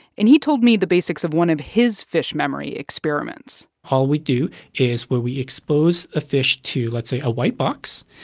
and he told me the basics of one of his fish memory experiments all we do is where we expose a fish to, let's say, a white box.